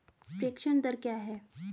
प्रेषण दर क्या है?